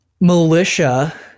militia